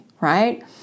right